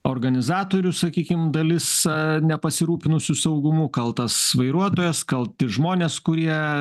organizatorių sakykim dalis nepasirūpinusių saugumu kaltas vairuotojas kalti žmonės kurie